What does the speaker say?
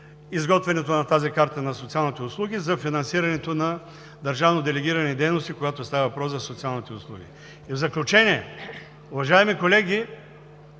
изготвянето на Картата на социалните услуги за финансирането на държавно делегирани дейности, когато става въпрос за социалните услуги. В заключение, уважаеми колеги,